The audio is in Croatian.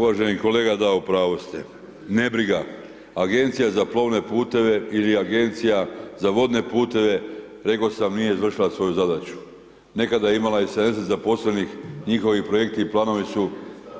Hvala, uvaženi kolega da u pravu ste, nebriga, Agencija za plovne puteve ili Agencija za vodne puteve reko sam nije izvršila svoju zadaću, nekada je imala i 70 zaposlenih, njihovi projekti i planovi su